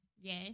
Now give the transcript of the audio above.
Yes